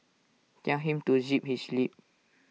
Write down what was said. tell him to zip his lip